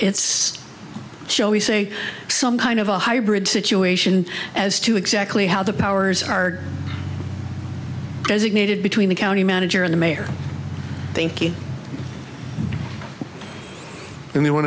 it's shall we say some kind of a hybrid situation as to exactly how the powers are designated between the county manager and the mayor thank you anyone